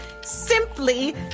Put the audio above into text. simply